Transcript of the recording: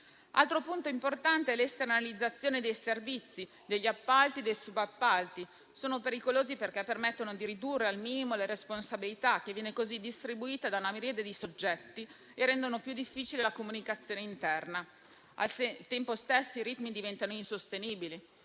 Altro punto importante è l'esternalizzazione dei servizi, degli appalti e dei subappalti, che sono pericolosi perché permettono di ridurre al minimo la responsabilità, che viene così distribuita tra una miriade di soggetti e rende più difficile la comunicazione interna. Al tempo stesso i ritmi diventano insostenibili;